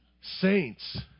Saints